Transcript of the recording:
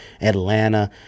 Atlanta